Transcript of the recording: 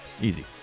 Easy